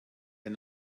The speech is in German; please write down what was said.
ein